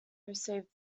received